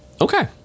Okay